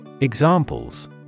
Examples